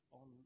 on